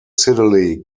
siddeley